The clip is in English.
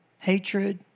hatred